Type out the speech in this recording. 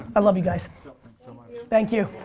i love you guys. and so so like thank you.